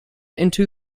into